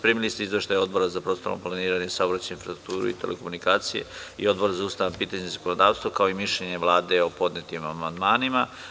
Primili ste izveštaj Odbora za prostorno planiranje, saobraćaj, infrastrukturu i telekomunikacije i Odbora za ustavna pitanja i zakonodavstvo, kao i mišljenje Vlade o podnetim amandmanima.